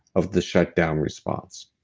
of the shutdown response.